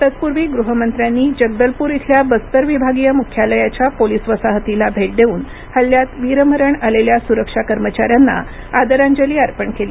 तत्पूर्वी गृहमंत्र्यांनी जगदलपूर इथल्या बस्तर विभागीय मुख्यालयाच्या पोलीस वसाहतीला भेट देऊन हल्ल्यात वीरमरण आलेल्या सुरक्षा कर्मचाऱ्यांना आदरांजली अर्पण केली